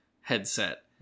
headset